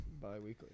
Bi-weekly